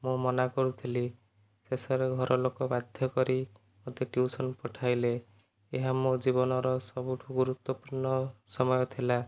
ମୁଁ ମନା କରୁଥିଲି ଶେଷରେ ଘର ଲୋକ ବାଧ୍ୟ କରି ମୋତେ ଟ୍ୟୁସନ ପଠାଇଲେ ଏହା ମୋ' ଜୀବନର ସବୁଠୁ ଗୁରୁତ୍ୱପୂର୍ଣ୍ଣ ସମୟ ଥିଲା